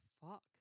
fuck